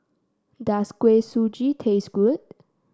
does Kuih Suji taste good